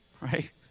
right